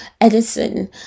Edison